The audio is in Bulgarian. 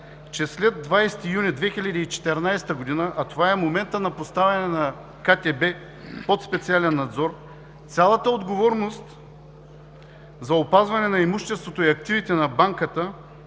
че след 20 юни 2014 г., а това е моментът на поставяне на КТБ под специален надзор, цялата отговорност за опазване на имуществото и активите на банката